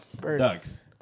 Ducks